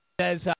says